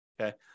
okay